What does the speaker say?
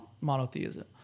monotheism